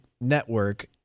Network